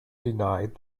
denied